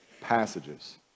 passages